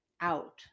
out